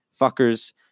fuckers